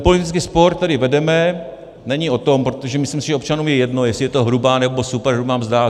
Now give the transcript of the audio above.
Politický spor, který vedeme, není o tom, protože myslím si, že občanům je jedno, jestli je to hrubá nebo superhrubá mzda.